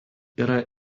yra